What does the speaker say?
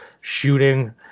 shooting